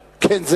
כן,